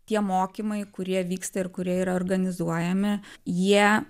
tie mokymai kurie vyksta ir kurie yra organizuojami jie